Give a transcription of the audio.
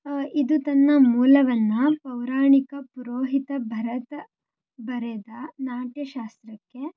ಇದು ತನ್ನ ಮೂಲವನ್ನು ಪೌರಾಣಿಕ ಪುರೋಹಿತ ಭರತ ಬರೆದ ನಾಟ್ಯಶಾಸ್ತ್ರಕ್ಕೆ